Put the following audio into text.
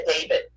David